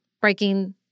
breaking